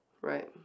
right